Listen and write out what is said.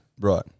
Right